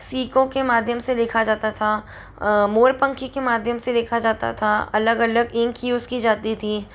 सिकों के माध्यम से लिखा जाता था मोर पंख की माध्यम से लिखा जाता था अलग अलग इंक यूज़ की जाती थी